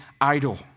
idol